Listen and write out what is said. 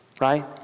right